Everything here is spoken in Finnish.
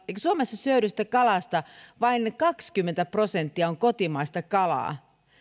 suomessa syödystä kalasta vain kaksikymmentä prosenttia on kotimaista kalaa